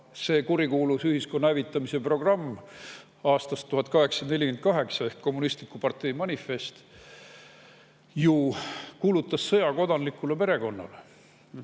See kurikuulus ühiskonna hävitamise programm aastast 1848, kommunistliku partei manifest, ju kuulutas sõja kodanlikule perekonnale.